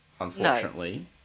unfortunately